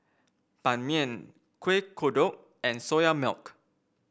Ban Mian Kueh Kodok and Soya Milk